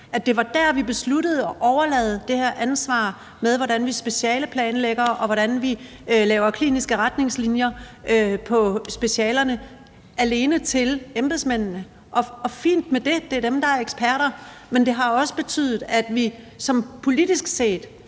det var der, vi besluttede at overlade det her ansvar med, hvordan vi specialeplanlægger, og hvordan vi laver kliniske retningslinjer for specialerne, alene til embedsmændene. Og fint med det, det er dem, der er eksperter. Men det har også betydet, at vi politisk set